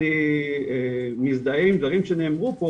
אני מזדהה עם דברים שנאמרו פה,